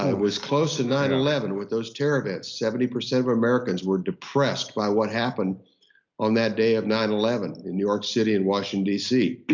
um was close in nine eleven with those terror events, seventy percent of americans were depressed by what happened on that day on nine eleven in new york city and washington d c,